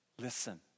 listen